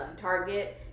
target